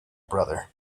brother